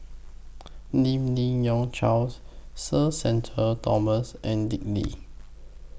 Lim Yi Yong Charles Sir Shenton Thomas and Dick Lee